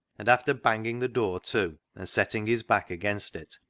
and after banging the door to, and setting his back against it,